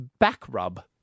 Backrub